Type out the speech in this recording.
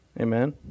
Amen